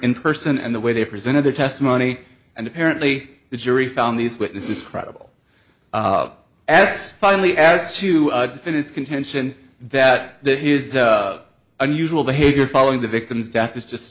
in person and the way they presented their testimony and apparently the jury found these witnesses credible as finally as two defendants contention that that his unusual behavior following the victim's death is just